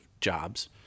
jobs